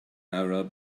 arab